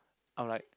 I'm like